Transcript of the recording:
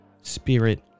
Spirit